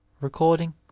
recording